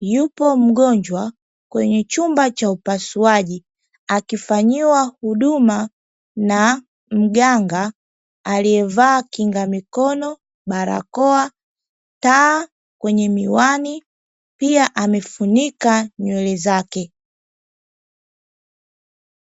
yupo mgonjwa kwenye chumba cha upasuaji, akifanyiwa huduma na mganga aliyevaa kinga mikono, barakoa, taa kwenye miwani, pia amefunika nywele zake.